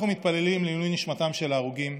אנחנו מתפללים לעילוי נשמתם של ההרוגים,